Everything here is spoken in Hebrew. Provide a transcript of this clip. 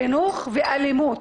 חינוך ואלימות,